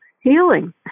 healing